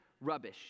rubbish